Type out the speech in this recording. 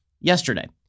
yesterday